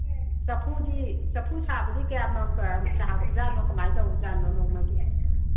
ꯆꯐꯨꯗꯤ ꯆꯐꯨ ꯁꯥꯕꯗꯤ ꯀꯌꯥꯝ ꯌꯥꯝ ꯁꯥꯕꯖꯥꯠꯅꯣ ꯀꯔꯃꯥꯏ ꯇꯧꯕꯖꯥꯠꯅꯣ ꯅꯣꯡꯃꯒꯤ